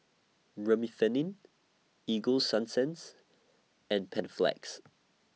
Remifemin Ego Sunsense and Panaflex